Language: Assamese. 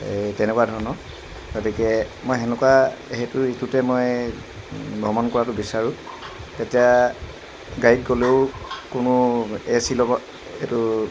এই তেনেকুৱা ধৰণৰ গতিকে মই সেনেকুৱা সেইটো ঋতুতে মই এই ভ্ৰমণ কৰাতো বিচাৰোঁ তেতিয়া গাড়ীত গ'লেও কোনো এ চি ল'ব সেইটো